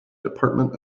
department